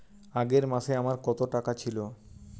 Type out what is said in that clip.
আগের মাসে আমার কত টাকা ছিল?